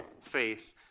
faith